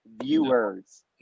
viewers